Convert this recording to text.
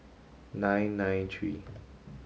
nine nine three